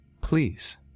please